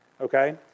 Okay